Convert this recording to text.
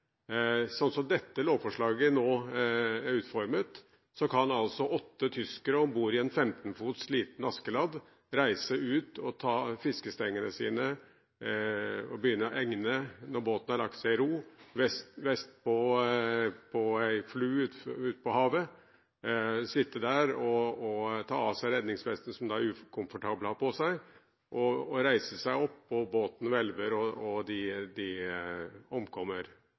Sånn som dette lovforslaget nå er utformet, kan åtte tyskere om bord i en 15-fots, liten Askeladden reise ut, ta fiskestengene sine og begynne å egne når båten har lagt seg i ro vest på ei flu utpå havet. De kan sitte der og ta av seg redningsvestene, som er ukomfortable å ha på, reise seg opp, og båten hvelver, og mange av dem omkommer.